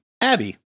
Abby